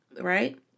right